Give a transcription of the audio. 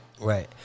Right